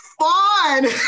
fun